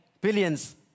billions